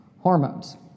hormones